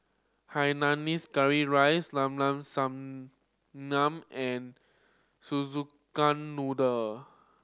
hainanese curry rice Llao Llao Sanum and Szechuan Noodle